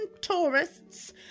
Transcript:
tourists